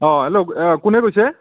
অঁ হেল্ল' কোনে কৈছে